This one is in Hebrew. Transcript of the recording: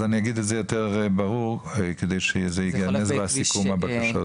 אז נגיד את זה יותר ברור כדי שזה ייכלל ברור בסיכום הבקשות.